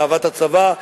לאהבת הצבא,